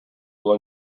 will